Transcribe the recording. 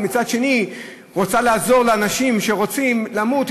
אבל מצד שני רוצה לעזור לאנשים שרוצים למות.